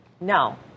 No